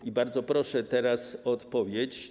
I bardzo proszę teraz o odpowiedź.